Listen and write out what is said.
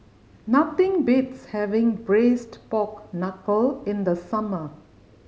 nothing beats having Braised Pork Knuckle in the summer